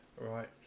right